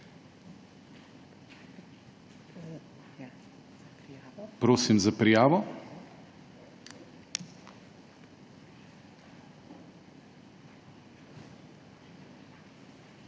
Prosim za prijavo.